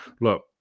look